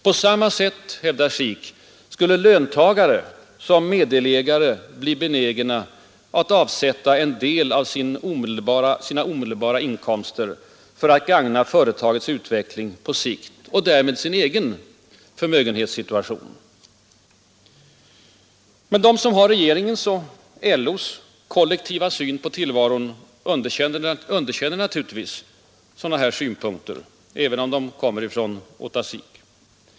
På samma sätt, hävdar Sik, skulle löntagare som meddelägare bli benägna att avsätta en del av sina omedelbara inkomster för att gagna företagets utveckling på sikt och därmed sin egen förmögenhetssituation. Den som har regeringens och LO:s kollektiva syn på tillvaron underkänner naturligtvis sådana synpunkter, även om de kommer från Ota Sik.